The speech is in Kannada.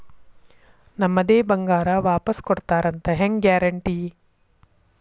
ನಮ್ಮದೇ ಬಂಗಾರ ವಾಪಸ್ ಕೊಡ್ತಾರಂತ ಹೆಂಗ್ ಗ್ಯಾರಂಟಿ?